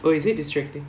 oh is it distracting